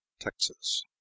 Texas